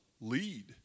lead